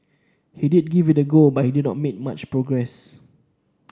he did give it a go but did not make much progress